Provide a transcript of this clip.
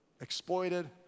exploited